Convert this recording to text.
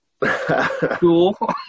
Cool